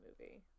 movie